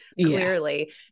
clearly